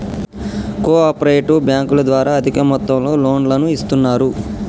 co operative బ్యాంకుల ద్వారా అధిక మొత్తంలో లోన్లను ఇస్తున్నరు